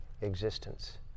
existence